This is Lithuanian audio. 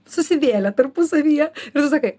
susivėlė tarpusavyje ir tu sakai